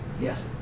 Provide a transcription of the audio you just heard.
Yes